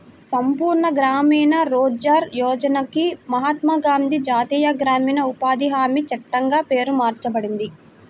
సంపూర్ణ గ్రామీణ రోజ్గార్ యోజనకి మహాత్మా గాంధీ జాతీయ గ్రామీణ ఉపాధి హామీ చట్టంగా పేరు మార్చబడింది